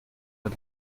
led